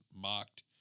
mocked